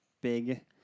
big